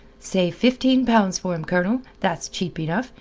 say fifteen pounds for him, colonel. that's cheap enough.